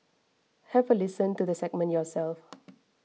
have a listen to the segment yourself